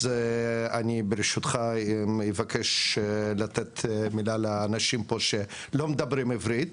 אז אני ברשותך אבקש לתת מילה לאנשים פה שלא מדברים עברית,